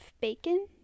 bacon